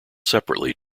separately